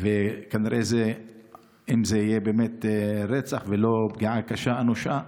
אם זה יהיה באמת רצח ולא פגיעה קשה, אנושה,